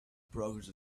progress